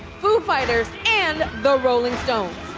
foo fighters, and the rolling stones.